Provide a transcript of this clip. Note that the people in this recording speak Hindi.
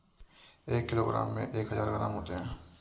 एक किलोग्राम में एक हज़ार ग्राम होते हैं